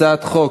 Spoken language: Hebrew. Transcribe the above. הצעת חוק